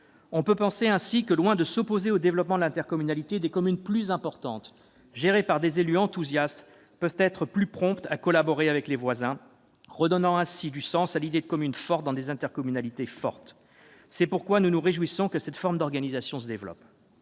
On peut ainsi penser que, loin de s'opposer au développement de l'intercommunalité, des communes plus importantes, gérées par des élus enthousiastes, peuvent être plus promptes à collaborer avec leurs voisines, redonnant ainsi du sens à l'idée de communes fortes dans des intercommunalités fortes. C'est pourquoi nous nous réjouissons que cette forme d'organisation se développe.